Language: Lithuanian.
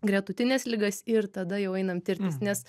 gretutines ligas ir tada jau einam tirtis nes